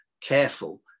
careful